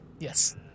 Yes